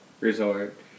resort